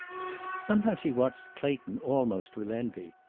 some times he watched clayton almost with envy.